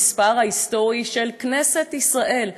המספר ההיסטורי של כנסת ישראל,